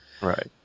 Right